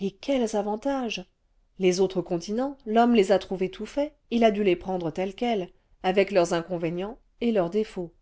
et quels avantages les autres continents l'homme les a trouvés tout faits il a dû les prendre tels quels avec leurs inconvénients et leurs défauts